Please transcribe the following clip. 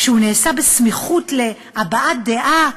כשהוא נעשה בסמיכות להבעת דעה,